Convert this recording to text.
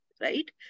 right